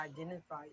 identify